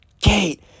Kate